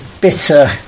bitter